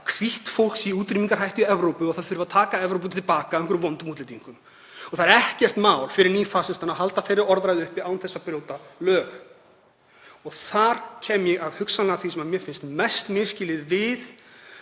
hvítt fólk sé í útrýmingarhættu í Evrópu og þurfi að taka Evrópu til baka frá vondum útlendingum. Það er ekkert mál fyrir nýfasistana að halda þeirri orðræðu uppi án þess að brjóta lög. Þar kem ég hugsanlega að því sem mér finnst mest misskilið við